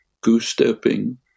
goose-stepping